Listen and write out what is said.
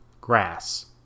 grass